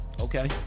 Okay